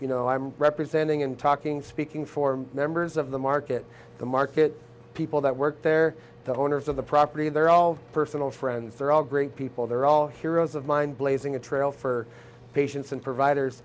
you know i'm representing i'm talking speaking for members of the market the market people that work there the owners of the property they're all personal friends they're all great people they're all heroes of mine blazing a trail for patients and providers